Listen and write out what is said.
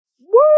Woo